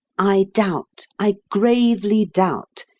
i doubt, i gravely doubt,